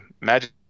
Magic